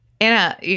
Anna